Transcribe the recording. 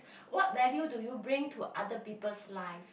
what value do you bring to other people's live